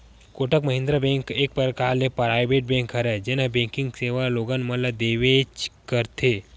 Kotak Mahindra bank एक परकार ले पराइवेट बेंक हरय जेनहा बेंकिग सेवा लोगन मन ल देबेंच करथे